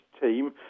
team